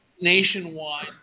nationwide